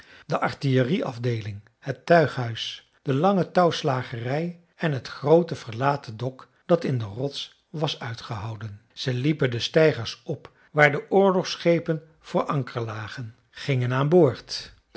de artillerie afdeeling het tuighuis de lange touwslagerij en het groote verlaten dok dat in de rots was uitgehouwen ze liepen de steigers op waar de oorlogsschepen voor anker lagen gingen aan boord